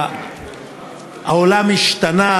העולם השתנה.